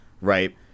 right